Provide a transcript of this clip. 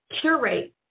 curate